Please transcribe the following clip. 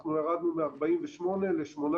אנחנו ירדנו מ-48 ל-18,